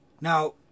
Now